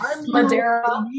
Madeira